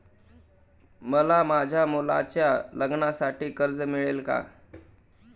मला माझ्या मुलाच्या लग्नासाठी कर्ज मिळेल का?